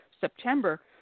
September